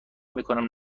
میکنم